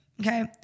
Okay